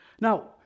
Now